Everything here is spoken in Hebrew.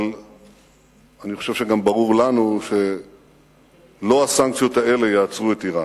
אבל אני חושב שגם ברור לנו שלא הסנקציות האלה יעצרו את אירן.